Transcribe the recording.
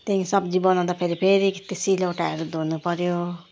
त्यहाँदेखि सब्जी बनाउँदाखेरि फेरि त्यो सिलौटाहरू धुनुपर्यो